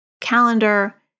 calendar